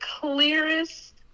clearest